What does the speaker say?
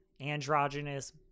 androgynous